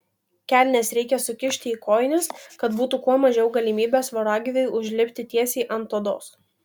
kelnes reikia sukišti į kojines kad būtų kuo mažiau galimybės voragyviui užlipti tiesiai ant odos